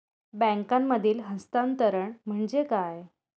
बँकांमधील हस्तांतरण म्हणजे काय?